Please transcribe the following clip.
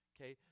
Okay